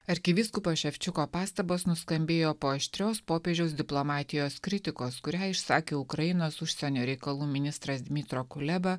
arkivyskupo ševčiuko pastabos nuskambėjo po aštrios popiežiaus diplomatijos kritikos kurią išsakė ukrainos užsienio reikalų ministras dmytro kuleba